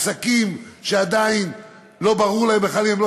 עסקים שעדיין לא ברור להם בכלל אם הם לא